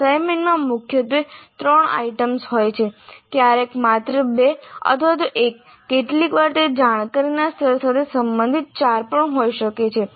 અસાઇનમેન્ટમાં મુખ્યત્વે ત્રણ આઇટમ્સ હોય છે ક્યારેક માત્ર બે અથવા તો એક કેટલીકવાર તે જાણકારીના સ્તર સાથે સંબંધિત ચાર પણ હોઈ શકે છે